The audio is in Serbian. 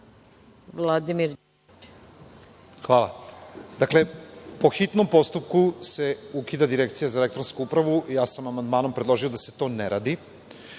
Hvala. Dakle, po hitnom postupku se ukida Direkcija za elektronsku upravu. Ja sam amandmanom predložio da se to ne radi.